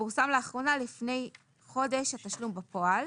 שפורסם לאחרונה לפני חודש התשלום בפועל,